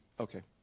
okay.